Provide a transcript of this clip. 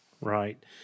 Right